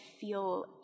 feel